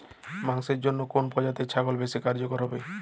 মাংসের জন্য কোন প্রজাতির ছাগল বেশি কার্যকরী হবে?